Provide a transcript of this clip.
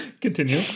Continue